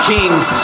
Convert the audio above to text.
Kings